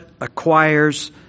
acquires